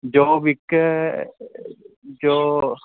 job ਇੱਕ ਹੈ ਜੋ